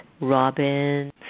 Robin